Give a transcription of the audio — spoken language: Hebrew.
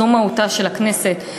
זו מהותה של הכנסת.